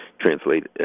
translate